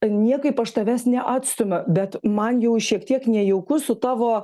niekaip aš tavęs neatstumiu bet man jau šiek tiek nejauku su tavo